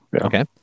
Okay